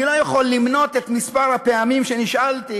אני לא יכול למנות את מספר הפעמים שנשאלתי: